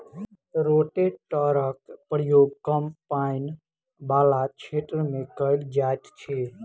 रोटेटरक प्रयोग कम पाइन बला क्षेत्र मे कयल जाइत अछि